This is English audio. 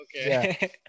Okay